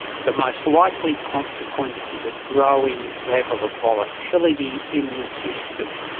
the most likely consequence is a growing level of volatility in the system.